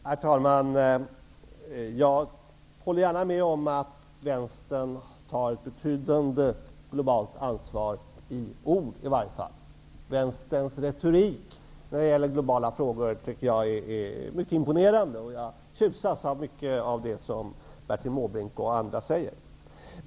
Herr talman! Jag håller gärna med om att vänstern tar betydande globalt ansvar i ord. Vänsterns retorik när det gäller globala frågor är mycket imponerande. Jag tjusas av mycket av det som Bertil Måbrink och andra säger.